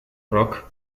rock